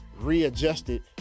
readjusted